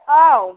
औ